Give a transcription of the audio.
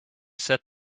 set